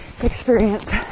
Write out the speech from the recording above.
experience